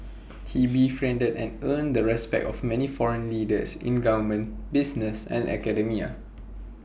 he befriended and earned the respect of many foreign leaders in government business and academia